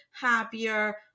happier